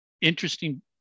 interesting